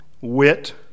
wit